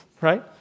Right